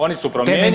Oni su promijenjeni.